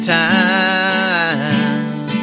time